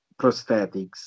prosthetics